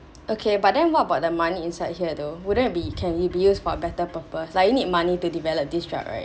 okay but then what about the money inside here though wouldn't it be can it be use for a better purpose like it need money to develop this drug right